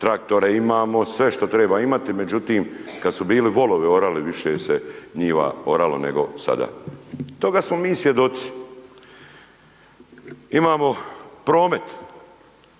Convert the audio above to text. traktore, imamo sve što treba imati, međutim kad su bili volovi orali, više se njiva oralo nego sada. Toga smo mi svjedoci. Imamo promet,